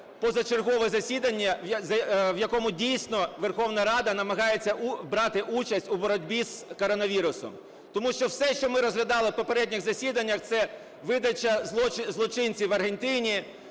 позачергове засідання, в якому дійсно Верховна Рада намагається брати участь у боротьбі з коронавірусом. Тому що все, що ми розглядали в попередніх засіданнях – це видача злочинців Аргентині,